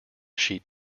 sheet